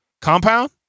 Compound